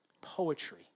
poetry